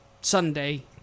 Sunday